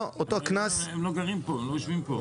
אותו קנס --- הם לא גרים פה, הם לא יושבים פה.